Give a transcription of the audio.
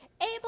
able